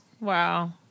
Wow